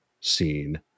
scene